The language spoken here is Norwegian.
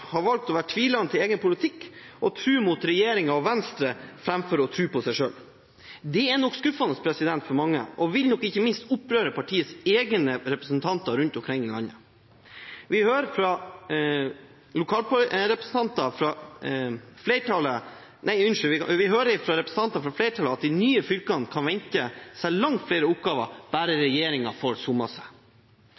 har valgt å være tvilende til egen politikk, og tro mot regjeringen og Venstre framfor å tro på seg selv. Det er nok skuffende for mange og vil nok ikke minst opprøre partiets egne representanter rundt omkring i landet. Vi hører fra representantene for flertallet at de nye fylkene kan vente seg langt flere oppgaver,